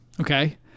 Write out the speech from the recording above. Okay